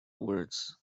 words